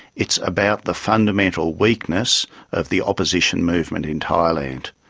it's about the fundamental weakness of the opposition movement in thailand.